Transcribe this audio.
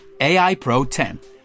AIPRO10